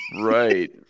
Right